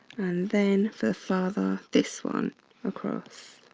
then for father, this one across.